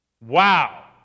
Wow